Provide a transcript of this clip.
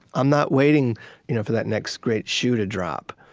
i'm not waiting you know for that next great shoe to drop.